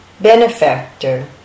benefactor